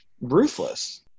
ruthless